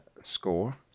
Score